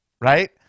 Right